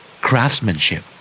Craftsmanship